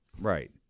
Right